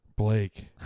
Blake